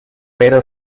pero